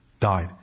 died